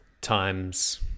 times